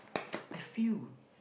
I feel